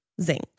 zinc